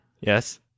Yes